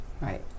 Right